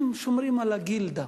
הם שומרים על הגילדה,